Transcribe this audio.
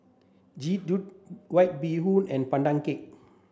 Jian Dui White Bee Hoon and Pandan Cake